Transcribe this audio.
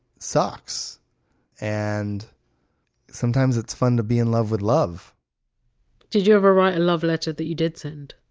sucks and sometimes it's fun to be in love with love did you ever write a love letter that you did send?